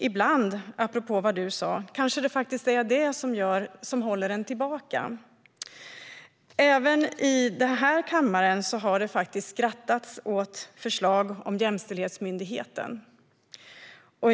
Ibland kanske det faktiskt är det som håller en tillbaka, apropå vad du sa. Även i den här kammaren har det skrattats åt förslag om en jämställdhetsmyndighet.